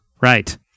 right